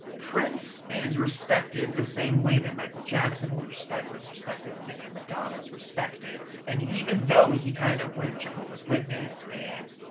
prince is respected the same way than michael jackson was respect was respected, in the same way madonna's respected. and even though he kind of went jehovah's witness and.